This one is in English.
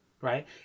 right